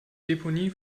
deponie